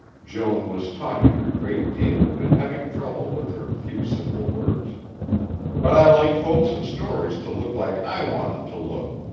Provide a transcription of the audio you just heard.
joan was talking a great deal and having trouble with her few simple words but i like folks in stories to look like i want em to look.